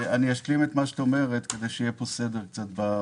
אשלים את מה שאת אומרת כדי שיהיה כאן סדר בחלוקה.